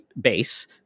base